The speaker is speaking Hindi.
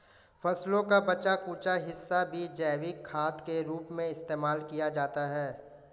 फसलों का बचा कूचा हिस्सा भी जैविक खाद के रूप में इस्तेमाल किया जाता है